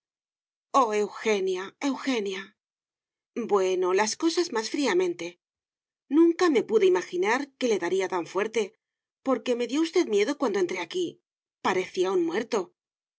eugenia eugenia bueno las cosas más fríamente nunca me pude imaginar que le daría tan fuerte porque me dio usted miedo cuando entré aquí parecía un muerto